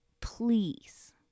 Please